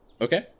okay